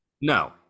no